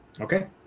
Okay